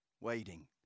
waiting